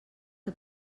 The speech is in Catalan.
que